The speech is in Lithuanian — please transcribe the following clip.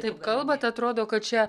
taip kalbat atrodo kad čia